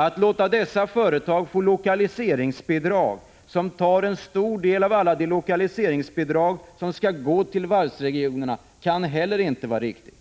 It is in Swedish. Att låta dessa företag få lokaliseringsbidrag, som tar en stor del av alla de lokaliseringsbidrag som skulle gå till varvsregionerna kan inte heller vara riktigt.